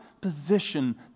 position